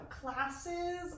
Classes